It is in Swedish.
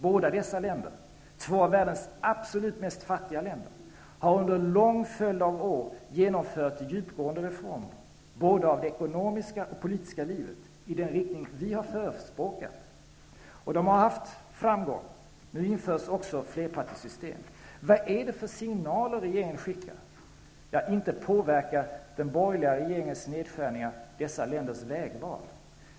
Båda dessa länder, två av världens absolut fattigaste länder, har under en lång följd av år genomfört djupgående reformer, både av det ekonomiska och av det politiska livet i den riktning vi har förespråkat. De har haft framgång. Nu införs också flerpartisystem. Vad är det för signaler regeringen skickar? Ja, inte påverkar den borgerliga regeringens nedskärningar dessa länders vägval.